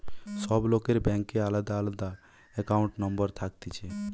সব লোকের ব্যাংকে আলদা আলদা একাউন্ট নম্বর থাকতিছে